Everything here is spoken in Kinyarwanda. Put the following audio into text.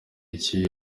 icyo